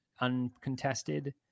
uncontested